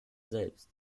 selbst